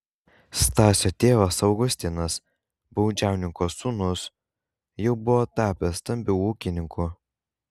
stasio tėvas augustinas baudžiauninko sūnus jau buvo tapęs stambiu ūkininku